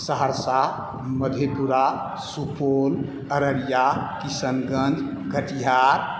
Saharsa Madhepura Supaul Araria Kishanganj Katihar